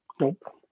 Nope